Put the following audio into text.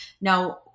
now